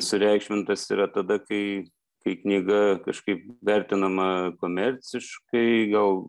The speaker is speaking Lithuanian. sureikšmintas yra tada kai kai knyga kažkaip vertinama komerciškai gal